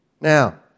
Now